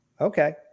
okay